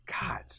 God